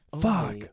Fuck